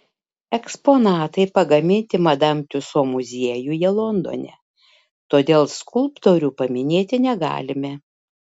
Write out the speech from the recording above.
eksponatai pagaminti madam tiuso muziejuje londone todėl skulptorių paminėti negalime